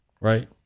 right